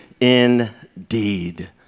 indeed